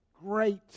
great